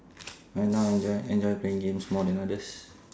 right now I enjoy enjoy playing games more than others